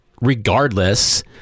regardless